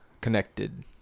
connected